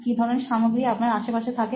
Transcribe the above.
কি ধরণের সামগ্রী আপনার আশেপাশে থাকে